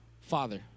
Father